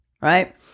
Right